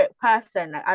person